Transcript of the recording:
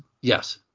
yes